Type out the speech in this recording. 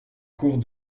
cours